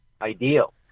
ideal